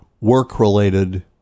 work-related